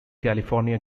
california